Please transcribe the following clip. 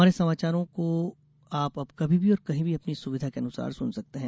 हमारे समाचारों को अब आप कभी भी और कहीं भी अपनी सुविधा के अनुसार सुन सकते हैं